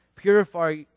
Purify